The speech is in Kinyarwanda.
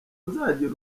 nzagira